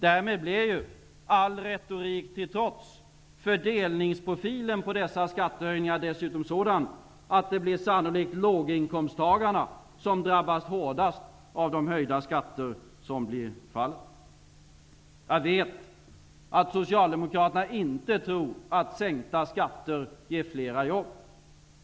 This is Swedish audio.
Därmed blev ju fördelningsprofilen på dessa skattehöjningar, all retorik till trots, dessutom sådan att det sannolikt blir låginkomsttagarna som drabbas hårdast av de höjda skatterna. Jag vet att Socialdemokraterna inte tror att sänkta skatter ger fler jobb.